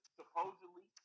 supposedly